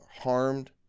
harmed